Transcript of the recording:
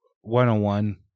one-on-one